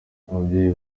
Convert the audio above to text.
ababyeyi